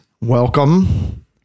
welcome